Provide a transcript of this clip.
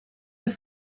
have